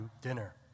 dinner